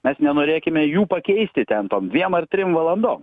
mes nenorėkime jų pakeisti ten tom dviem ar trim valandom